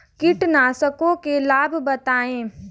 कीटनाशकों के लाभ बताएँ?